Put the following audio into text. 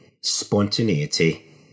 spontaneity